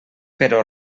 però